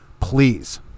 please